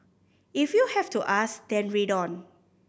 if you have to ask then read on